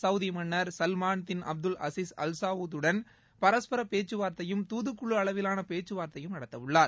Saudi மன்னர் Salman bin Abdul Aziz Al Saud உடன் பரஸ்பர பேச்சுவார்த்தையும் தூதுக்குழு அளவிலான பேச்சுவார்த்தையும் நடத்தவுள்ளார்